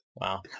Wow